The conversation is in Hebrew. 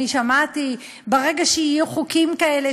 אני שמעתי: ברגע שיהיו חוקים כאלה,